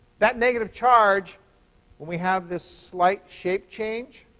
that negative charge, when we have this slight shape change,